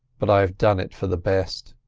but i have done it for the best.